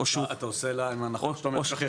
אתה עושה להם הנחות, או שאתה אומר שכחו?